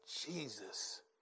Jesus